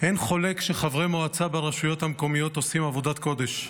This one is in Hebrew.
אין חולק שחברי מועצת הרשויות המקומיות עושים עבודת קודש.